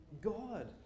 God